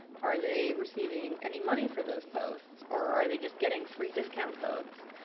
are they receiving any money for those posts or are they just getting free discount codes?